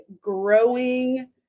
growing